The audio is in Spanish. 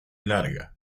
larga